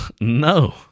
No